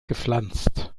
gepflanzt